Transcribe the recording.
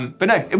but no,